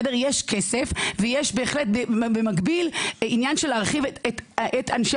יש כסף ויש בהחלט במקביל עניין של להרחיב את אנשי